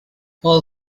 all